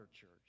church